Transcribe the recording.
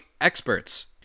experts